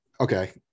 okay